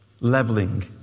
leveling